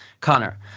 Connor